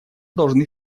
должны